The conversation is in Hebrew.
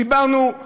דיברנו על